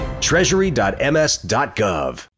Treasury.ms.gov